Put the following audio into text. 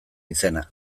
izena